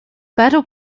battle